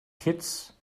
kitts